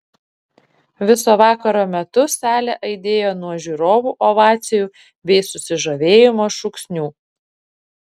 viso vakaro metu salė aidėjo nuo žiūrovų ovacijų bei susižavėjimo šūksnių